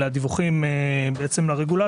אלא דיווחים לרגולטור,